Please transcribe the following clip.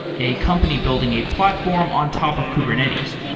a company building a platform on top of kubernetes.